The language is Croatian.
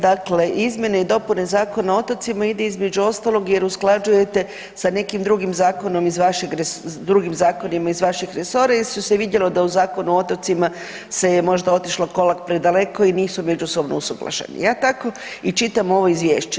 Dakle izmjene i dopune Zakona o otocima ide između ostalog jer usklađujete sa nekim drugim zakonima iz vašeg resora jer se vidjelo da u Zakonu o otocima se je možda otišlo korak predaleko i nisu međusobno usuglašeni, ja tako i čitam ovo izvješće.